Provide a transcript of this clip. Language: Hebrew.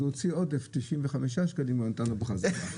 אז הוא הוציא עודף 95 שקלים ונתן לו בחזרה,